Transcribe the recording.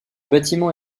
bâtiment